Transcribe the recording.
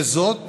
וזאת